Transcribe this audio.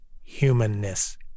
humanness